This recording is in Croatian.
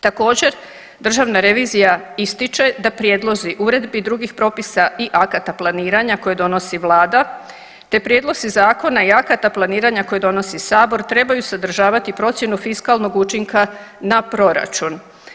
Također, Državna revizija ističe da prijedlozi uredbi i drugih propisa i akata planiranja koje donosi Vlada te prijedlozi zakona i akata planiranja koje donosi Sabor, trebaju sadržavati procjenu fiskalnog učinka na proračun.